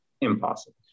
Impossible